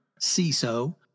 CISO